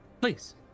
Please